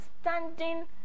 Standing